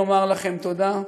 לומר לכם תודה,